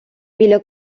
біля